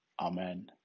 amen